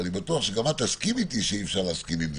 ואני בטוח שגם את תסכימי איתי שאי אפשר להסכים עם זה,